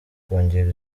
kongera